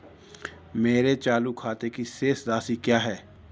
मेरे चालू खाते की शेष राशि क्या है?